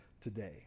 today